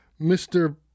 Mr